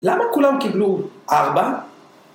למה כולם קיבלו ארבע?